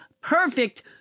perfect